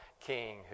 king